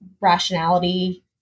rationality